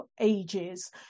ages